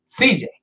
CJ